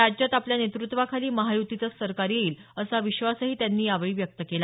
राज्यात आपल्या नेतृत्वाखाली महाय्तीचेच सरकार येईल असा विश्वासही त्यांनी यावेळी व्यक्त केला